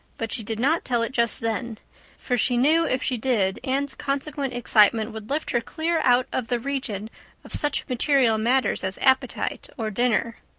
but she did not tell it just then for she knew if she did anne's consequent excitement would lift her clear out of the region of such material matters as appetite or dinner.